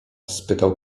spytał